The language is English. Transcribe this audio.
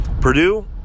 Purdue